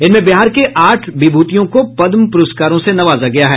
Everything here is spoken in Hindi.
इनमें बिहार के आठ विभूतियों को पद्म पुरस्कारों से नवाजा गया है